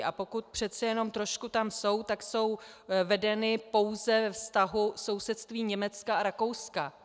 A pokud přece jenom trošku tam jsou, tak jsou vedeny pouze ve vztahu k sousedství Německa a Rakouska.